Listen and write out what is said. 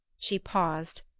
she paused,